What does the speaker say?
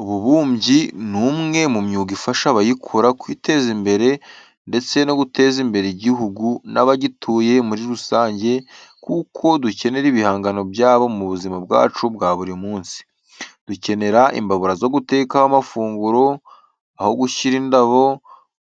Ububumbyi ni umwe mu myuga ifasha abayikora kwiteza imbere ndetse no guteza imbere igihugu n'abagituye muri rusange kuko dukenera ibihangano byabo mu buzima bwacu bwa buri munsi. Dukenera imbabura zo gutekaho amafunguro, aho gushyira indabo